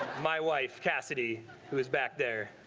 my wife cassidy who is back there.